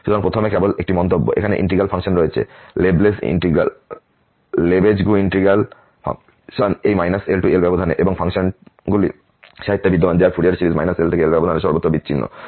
সুতরাং প্রথমে কেবল একটি মন্তব্য এখানে ইন্টিগ্রেবল ফাংশন রয়েছে লেবেজগু ইন্টিগ্রেবল ফাংশন এই L L ব্যবধানে এবং এই ফাংশনগুলি সাহিত্যে বিদ্যমান যার ফুরিয়ার সিরিজ L L ব্যবধান এ সর্বত্র বিচ্ছিন্ন